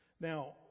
Now